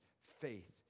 faith